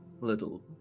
little